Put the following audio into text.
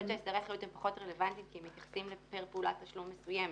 הסדרי האחריות הם פחות רלוונטיים כי הם מתייחסים פר פעולת תשלום מסוימת,